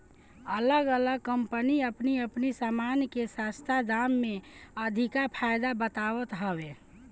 अलग अलग कम्पनी अपनी अपनी सामान के सस्ता दाम में अधिका फायदा बतावत हवे